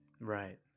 Right